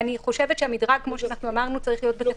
אני חושבת שהמדרג צריך להיות בתקנות.